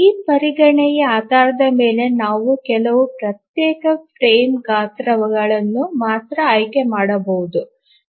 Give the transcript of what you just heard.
ಈ ಪರಿಗಣನೆಯ ಆಧಾರದ ಮೇಲೆ ನಾವು ಕೆಲವು ಪ್ರತ್ಯೇಕ ಫ್ರೇಮ್ ಗಾತ್ರಗಳನ್ನು ಮಾತ್ರ ಆಯ್ಕೆ ಮಾಡಬಹುದು